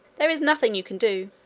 there is nothing you can do,